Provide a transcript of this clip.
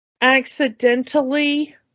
accidentally